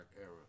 era